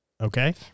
Okay